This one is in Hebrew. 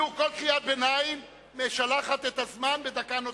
תדעו, כל קריאת ביניים משלחת את הזמן בדקה נוספת.